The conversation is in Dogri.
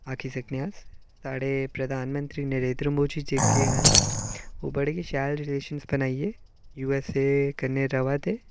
आक्खी सकने आं अस साढ़े प्रधानमंत्री नरेद्र मोदी जेह्के न ओह् बडे़ गै शैल रिलेशन बनाइयै यू एस ए कन्नै र'बा दे